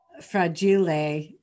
fragile